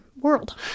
world